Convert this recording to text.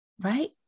right